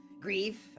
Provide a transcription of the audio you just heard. grieve